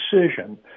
decision